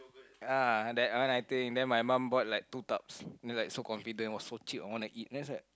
ah that one I think then my mum bought like two tubs then like so confident [wah] so cheap I wanna eat then I was like eat